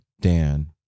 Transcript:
Dan